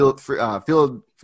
field